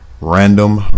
Random